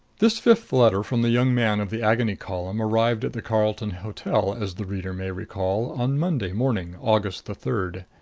this fifth letter from the young man of the agony column arrived at the carlton hotel, as the reader may recall, on monday morning, august the third.